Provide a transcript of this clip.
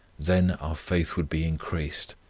then our faith would be increased,